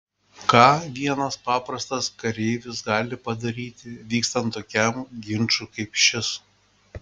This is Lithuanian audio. ką vienas paprastas kareivis gali padaryti vykstant tokiam ginčui kaip šis